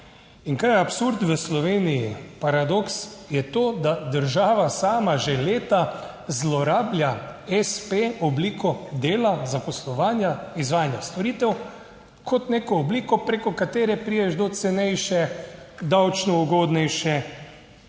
In kar je absurd v Sloveniji, paradoks je to, da država sama že leta zlorablja espe obliko dela, zaposlovanja, izvajanja storitev, kot neko obliko, preko katere prideš do cenejše, davčno ugodnejše,